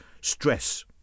stress